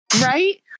right